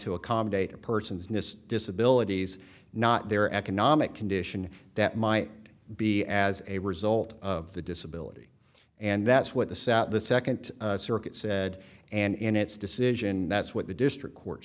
to accommodate a person's nys disability not their economic condition that might be as a result of the disability and that's what the sat the second circuit said and in its decision that's what the district court